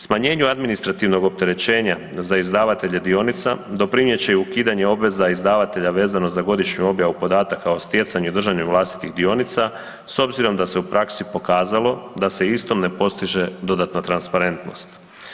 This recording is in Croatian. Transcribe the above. Smanjenju administrativnog opterećenja za izdavatelje dionica doprinijet će i ukidanje obveza izdavatelja vezano za godišnju objavu podataka o stjecanju i držanju vlastitih dionica s obzirom da se u praksi pokazalo da se istom ne postiže dodatna transparentno.